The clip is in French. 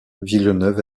villeneuve